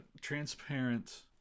transparent